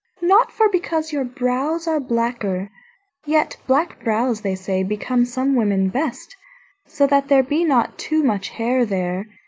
not for because your brows are blacker yet black brows, they say, become some women best so that there be not too much hair there,